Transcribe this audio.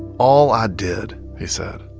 all i did, he said,